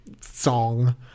song